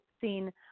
seen